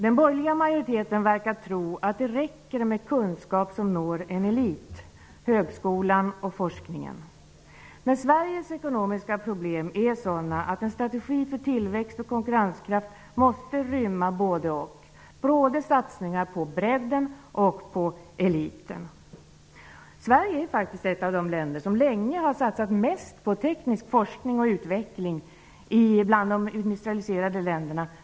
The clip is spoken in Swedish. Den borgerliga majoriteten verkar tro att det räcker med kunskap som når en elit -- högskolan och forskningen. Men Sveriges ekonomiska problem är sådana att en strategi för tillväxt och konkurrenskraft måste rymma både--och -- både satsningar på bredden och på eliten. Sverige är faktiskt ett av de länder, bland de industrialiserade länderna, som länge har satsat mest på teknisk forskning och utveckling.